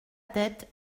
tête